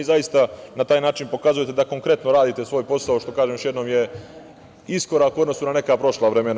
Zaista na taj način pokazujete da konkretno radite svoj posao, što, kažem još jednom, je iskorak u odnosu na neka prošla vremena.